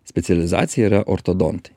specializacija yra ortodontai